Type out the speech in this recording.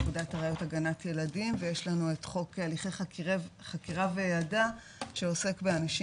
פקודת הגנת ילדים ויש לנו את חוק הליכי חקירה שעוסק באנשים